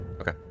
Okay